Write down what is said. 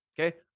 Okay